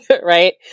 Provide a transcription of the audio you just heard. Right